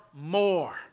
more